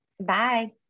Bye